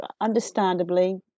understandably